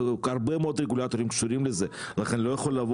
והרבה מאוד רגולטורים קשורים לזה לכן אני לא יכול לבוא